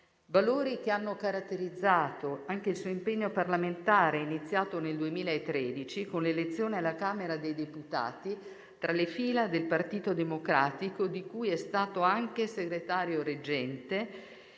Valori che hanno caratterizzato anche il suo impegno parlamentare, iniziato nel 2013 con l'elezione alla Camera dei deputati tra le fila del Partito Democratico, di cui è stato anche segretario reggente,